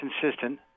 consistent